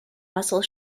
muscle